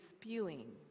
spewing